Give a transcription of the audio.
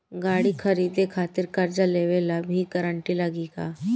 गाड़ी खरीदे खातिर कर्जा लेवे ला भी गारंटी लागी का?